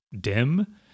dim